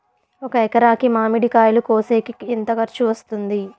ఒక ఎకరాకి మామిడి కాయలు కోసేకి ఎంత ఖర్చు వస్తుంది?